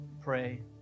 pray